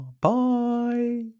bye